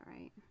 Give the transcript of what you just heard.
right